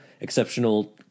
Exceptional